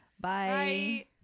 Bye